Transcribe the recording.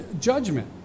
judgment